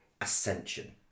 ascension